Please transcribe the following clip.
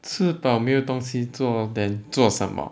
吃饱没有东西做 then 做什么